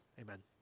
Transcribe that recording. Amen